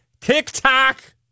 tiktok